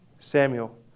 Samuel